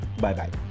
bye-bye